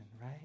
right